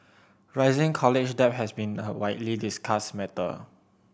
rising college debt has been a widely discussed matter